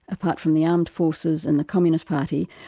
apart from the armed forces and the communist party,